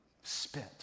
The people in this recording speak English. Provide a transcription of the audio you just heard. spit